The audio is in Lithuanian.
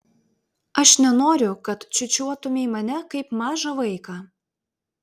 aš nenoriu kad čiūčiuotumei mane kaip mažą vaiką